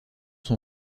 son